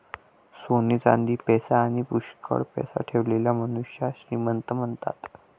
सोने चांदी, पैसा आणी पुष्कळ पैसा ठेवलेल्या मनुष्याला श्रीमंत म्हणतात